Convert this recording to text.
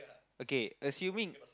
okay assuming